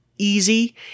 easy